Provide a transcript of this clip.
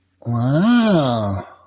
Wow